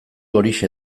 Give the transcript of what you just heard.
horixe